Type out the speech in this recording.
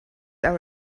our